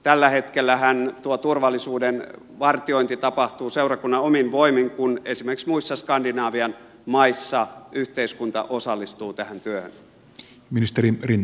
tällä hetkellähän tuo turvallisuuden vartiointi tapahtuu seurakunnan omin voimin kun esimerkiksi muissa skandinavian maissa yhteiskunta osallistuu tähän työhön